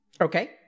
Okay